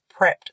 prepped